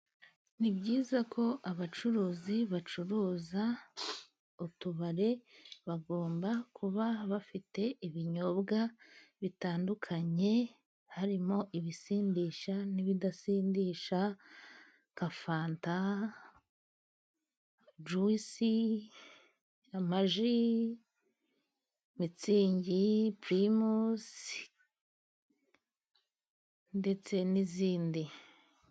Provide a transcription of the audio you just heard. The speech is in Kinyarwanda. Ni byiza ko abacuruzi bacuruza utubare bagomba kuba bafite ibinyobwa bitandukanye harimo: ibisindisha, n'ibidasindisha, fanta, juwice, amaji, mitsingi, pirimusi, ndetse n'izindi.